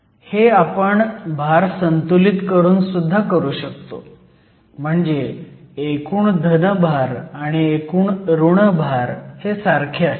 हे आपण भार संतुलित करून सुद्धा करू शकतो म्हणजे एकूण धन भार आणि एकूण ऋण भार हे सारखे असतील